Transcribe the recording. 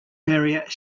barrier